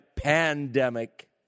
Pandemic